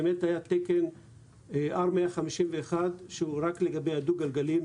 באמת היה תקן R151 רק לגבי הדו-גלגלי.